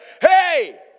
hey